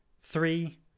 Three